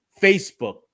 Facebook